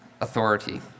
authority